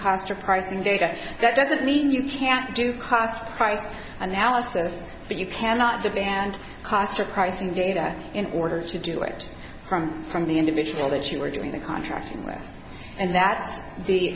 cost or price in data that doesn't mean you can't do cost price analysis that you cannot demand cost of pricing data in order to do it from from the individual that you are doing the contracting with and that's the